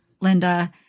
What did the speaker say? Linda